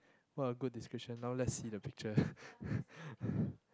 what a good description now let's see the picture